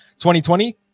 2020